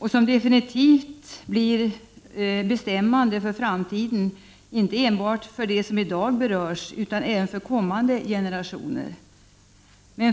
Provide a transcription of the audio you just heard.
Beslutet blir definitivt bestämmande för framtiden inte enbart för dem som i dag berörs utan även för kommande generationer.